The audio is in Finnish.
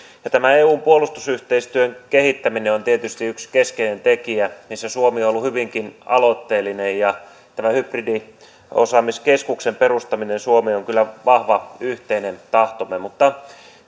tämä eun puolustusyhteistyön kehittäminen on tietysti yksi keskeinen tekijä missä suomi on ollut hyvinkin aloitteellinen tämän hybridiosaamiskeskuksen perustaminen suomeen on kyllä vahva yhteinen tahtomme mutta